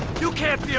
you can't